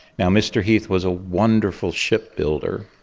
ah mr heath was a wonderful shipbuilder,